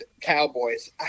Cowboys